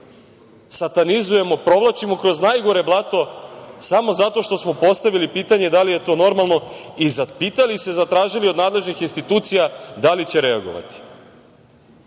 satanizujemo, provlačimo kroz najgore blato, samo zato što smo postavili pitanje da li je to normalno i zapitali se, zatražili od nadležnih institucija da li će reagovati. Mislim